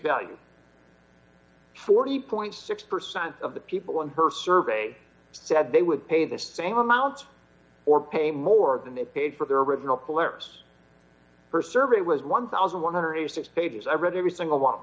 value forty point six percent of the people in her survey said they would pay the same amounts or pay more than they paid for their original polaris st survey was one thousand one hundred and eighty six dollars pages i read every single one